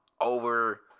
over